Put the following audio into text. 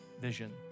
vision